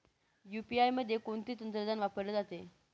UPI मध्ये कोणते तंत्रज्ञान वापरले जाते?